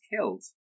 killed